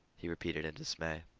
he repeated in dismay.